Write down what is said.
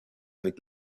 avec